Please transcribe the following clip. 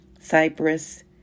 Cyprus